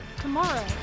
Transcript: tomorrow